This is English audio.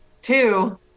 Two